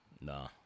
Nah